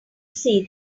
see